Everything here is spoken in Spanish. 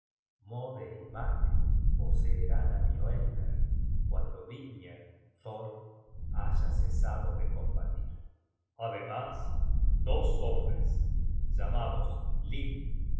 y magne poseerán á mioelner cuando vingner thor haya cesado de combatir ademas dos hombres llamados lif